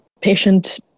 patient